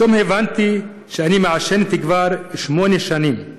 פתאום הבנתי שאני מעשנת כבר שמונה שנים,